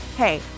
Hey